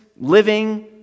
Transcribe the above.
living